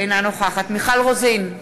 אינה נוכחת מיכל רוזין,